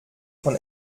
von